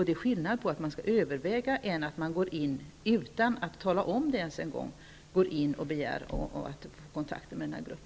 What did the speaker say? Det är skillnad mellan att överväga och att, utan att ens tala om det, gå in med en begäran om kontakter med nämnda grupp.